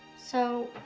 so,